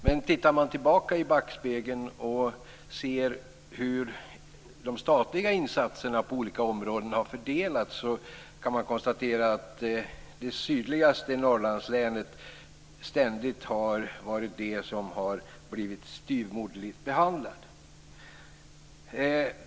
Fru talman! Gävleborgs län är, som bekant, ett län som officiellt tillhör Norrland. Men tittar man i backspegeln och ser hur de statliga insatserna på olika områden har fördelats kan man konstatera att det sydligaste Norrlandslänet ständigt har varit det som har blivit styvmoderligt behandlat.